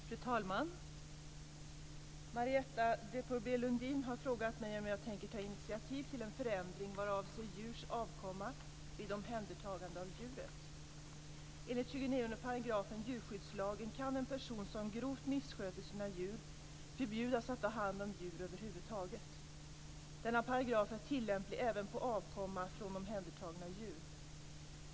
Fru talman! Marietta de Pourbaix-Lundin har frågat mig om jag tänker ta initiativ till en förändring vad avser djurs avkomma vid omhändertagande av djuret. Enligt 29 § djurskyddslagen kan en person som grovt missköter sina djur förbjudas att ta hand om djur över huvud taget. Denna paragraf är tillämplig även på avkomma från omhändertagna djur.